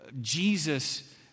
Jesus